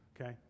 Okay